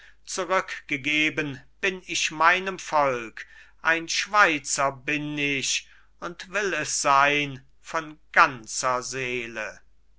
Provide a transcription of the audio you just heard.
zurückgegeben bin ich meinem volk ein schweizer bin ich und ich will es sein von ganzer seele